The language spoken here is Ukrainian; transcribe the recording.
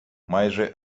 майже